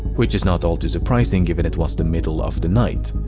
which is not all too surprising given it was the middle of the night.